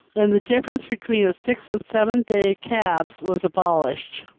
and the difference between the six and seven days' cabs was abolished.